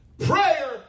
Prayer